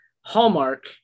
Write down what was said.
Hallmark